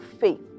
faith